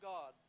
God